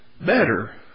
better